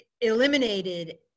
eliminated